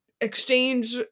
exchange